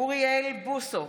אוריאל בוסו,